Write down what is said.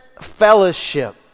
fellowship